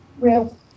real